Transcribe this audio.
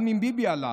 גם אם ביבי הלך,